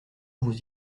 vous